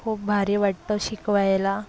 खूप भारी वाटतं शिकवायला